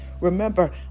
Remember